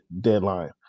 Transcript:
deadline